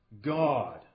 God